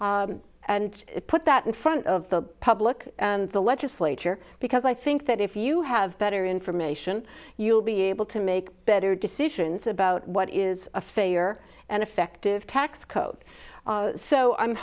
and put that in front of the public and the legislature because i think that if you have better information you'll be able to make better decisions about what is a failure and effective tax code so i'm